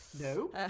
No